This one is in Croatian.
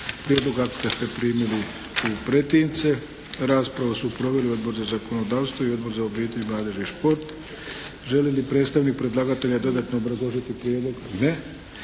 Prijedlog akta ste primili u pretince. Raspravu su proveli Odbor za zakonodavstvo i Odbor za obitelj, mladež i šport. Želi li predstavnik predlagatelja dodatno obrazložiti prijedlog? Ne.